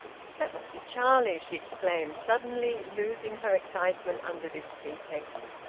that must be charlie! she exclaimed, suddenly loosing her excitement under this pretext.